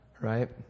right